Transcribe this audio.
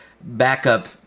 backup